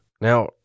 now